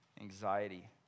anxiety